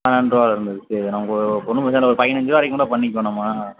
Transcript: பன்னெண்டு ருபாலருந்து சரி நமக்கு ஒன்றும் பிரச்சின இல்லை ஒரு பதினஞ்சு ருபா வரைக்கும் கூட பண்ணிக்கலாம் நம்ம